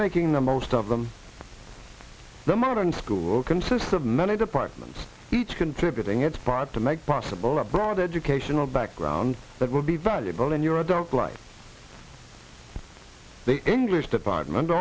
making the most of them the modern school consists of many departments each contributing its part to make possible a broad educational background that will be valuable in your adult life they enlist apartment